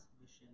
mission